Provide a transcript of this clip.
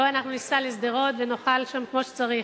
בוא, אנחנו ניסע לשדרות ונאכל שם כמו שצריך,